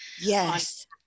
Yes